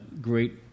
great